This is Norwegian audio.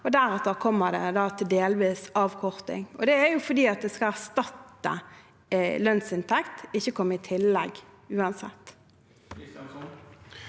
deretter kommer det til delvis avkorting. Det er fordi dette skal erstatte lønnsinntekt og uansett ikke komme i tillegg.